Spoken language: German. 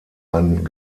ein